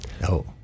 No